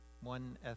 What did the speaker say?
one